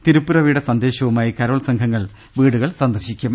തിരുപ്പിറവിയു ടെ സന്ദേശവുമായി കരോൾ സംഘങ്ങൾ വീടുകൾ സന്ദർശിക്കും